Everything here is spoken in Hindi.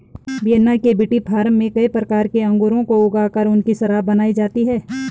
वियेना के विटीफार्म में कई प्रकार के अंगूरों को ऊगा कर उनकी शराब बनाई जाती है